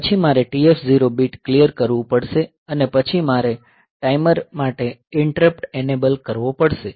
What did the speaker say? પછી મારે TF0 bit clear કરવું પડશે અને પછી મારે ટાઈમર માટે ઇન્ટરપ્ટ એનેબલ કરવો પડશે